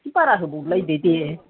एसे बारा दोबावलायदो दे